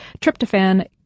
tryptophan